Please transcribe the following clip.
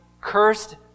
cursed